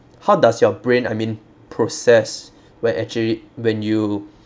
how does your brain I mean process where actually when you